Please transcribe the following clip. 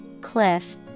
cliff